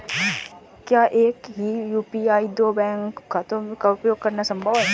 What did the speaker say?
क्या एक ही यू.पी.आई से दो बैंक खातों का उपयोग करना संभव है?